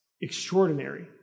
extraordinary